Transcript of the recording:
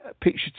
picture